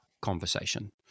conversation